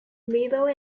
middle